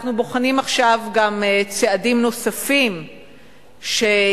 אנחנו בוחנים עכשיו גם צעדים נוספים שיעקרו